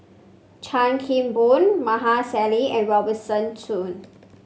Chan Kim Boon Maarof Salleh and Robert Soon